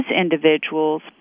individuals